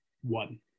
one